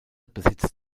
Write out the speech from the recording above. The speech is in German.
besitzt